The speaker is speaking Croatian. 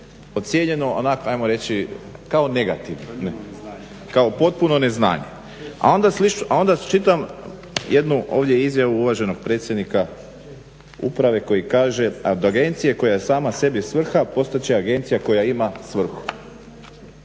ocijenjeno onako ajmo reći negativno, kao potpuno neznanje. A onda čitam jednu ovdje izjavu uvaženog predsjednika uprave koji kaže od agencije koja je sama sebi svrha postat će agencija koja ima svrhu.